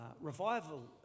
revival